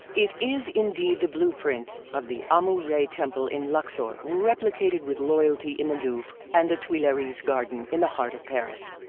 it is indeed the blueprint of the amun-re temple in luxor replicated with loyalty in the louvre and the tuileries garden in the heart of paris.